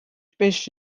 beş